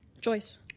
Joyce